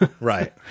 Right